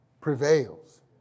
prevails